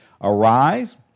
Arise